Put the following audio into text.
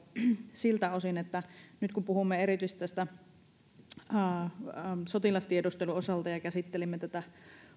siltä osin että nyt puhumme erityisesti sotilastiedustelun osalta kun käsittelimme tätä